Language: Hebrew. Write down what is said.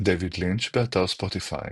דייוויד לינץ', באתר ספוטיפיי